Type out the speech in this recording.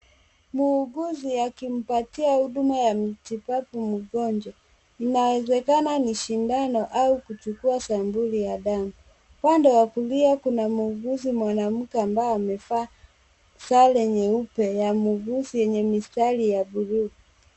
Muuguzi akimpatia huduma ya matibabu mgonjwa, inawezekana ni sindano au kuchukua sampuli ya damu. Upande wa kulia, kuna muuguzi mwanamke ambaye amevaa sare nyeupe, ya muuguzi, yenye mistari ya blue .